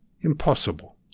Impossible